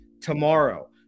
tomorrow